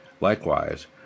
Likewise